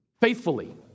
faithfully